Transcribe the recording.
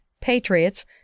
Patriots